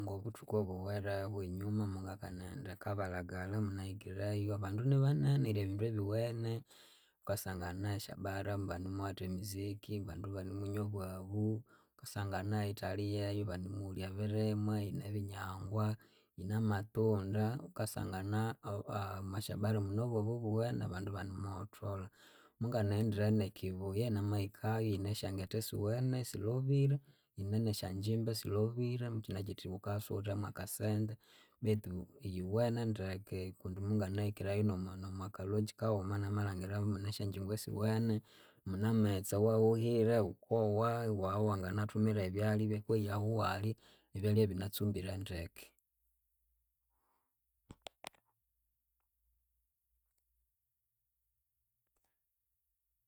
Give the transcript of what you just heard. Ngobuthuku obuhwerehu enyuma mungakanaghenda ekabalagala munahikireyu abandu inibanene yiri ebindu ebyuwene wukasangana esyabara banimuwatha emiziki bandu banimunywa obwabu, wukasangana ehitali hyehyu banemuwulya ebirimwa yinebinyangwa, yine amatunda, wukasangana omwasyabara mune obwabu obuwene abandu ibanemuhotholha. Munganaghendire ne Kibughe namahikayu yinesyangetha esiwene silhobire yinenesyangyimba silhobire mukyinekyithi wuka siwuwithemu akasente betu yiwene ndeke kundi munganahikireyu nomwa nomwakalodge kawuma nama langiramu munesyangyingu esiwene. Mune amaghetse awahuhire wukowa iwa wanginathumira ebyalya ibyakweyahu iwalya ebyalya ibinatsumbire ndeke